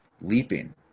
leaping